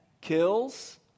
kills